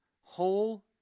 whole